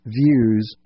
views